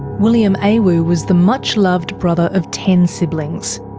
william awu was the much-loved brother of ten siblings.